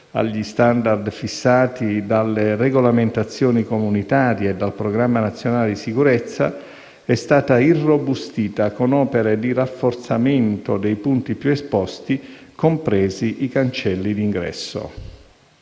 agli standard fissati dalle regolamentazioni comunitarie e dal programma nazionale di sicurezza, è stata irrobustita con opere di rafforzamento dei punti più esposti, compresi i cancelli di ingresso.